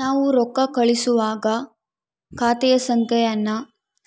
ನಾವು ರೊಕ್ಕ ಕಳುಸುವಾಗ ಖಾತೆಯ ಸಂಖ್ಯೆಯನ್ನ